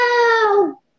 no